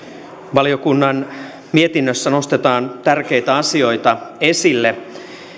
valiokunnan mietinnössä nostetaan tärkeitä asioita esille